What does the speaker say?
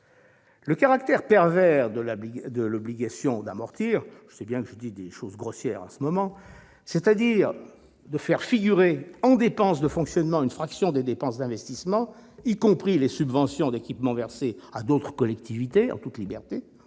Le caractère pervers de l'obligation d'amortir, c'est-à-dire de faire figurer en dépenses de fonctionnement une fraction des dépenses d'investissement, y compris les subventions d'équipement versées en toute liberté